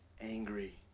angry